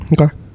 Okay